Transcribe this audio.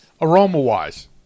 aroma-wise